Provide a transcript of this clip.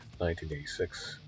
1986